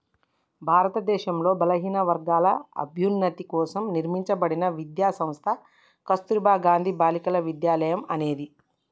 భారతదేశంలో బలహీనవర్గాల అభ్యున్నతి కోసం నిర్మింపబడిన విద్యా సంస్థ కస్తుర్బా గాంధీ బాలికా విద్యాలయ అనేది